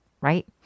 Right